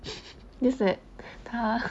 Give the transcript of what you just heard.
means that 他